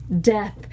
death